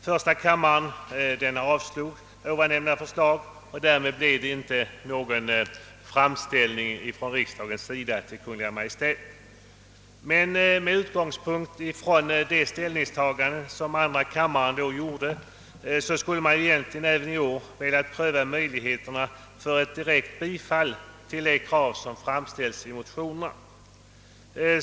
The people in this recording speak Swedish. Första kammaren avslog detta förslag, och därmed blev det inte någon framställning till Kungl. Maj:t från riksdagen. Med utgångspunkt från andra kammarens ställningstagande förra året skulle man även i år gärna ha velat pröva möjligheterna att få ett direkt bifall till de krav som framförts i motionerna.